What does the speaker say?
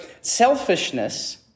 selfishness